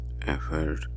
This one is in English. Effort